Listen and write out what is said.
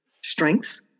strengths